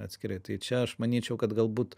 atskirai tai čia aš manyčiau kad galbūt